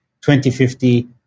2050